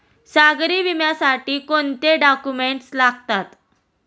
सागरी विम्यासाठी कोणते डॉक्युमेंट्स लागतात?